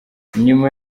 nyuma